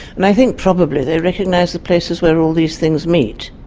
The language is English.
and i think probably they recognise the places where all these things meet.